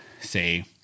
say